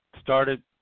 started